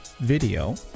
video